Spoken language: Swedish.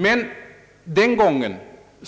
Men den gången